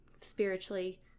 Spiritually